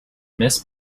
miss